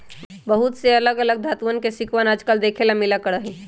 बहुत से अलग अलग धातुंअन के सिक्कवन आजकल देखे ला मिला करा हई